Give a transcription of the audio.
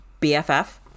BFF